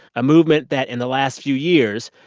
a movement that, in the last few years,